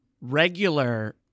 regular